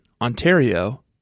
Ontario